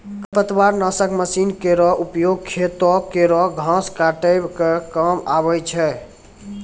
खरपतवार नासक मसीन केरो उपयोग खेतो केरो घास काटै क काम आवै छै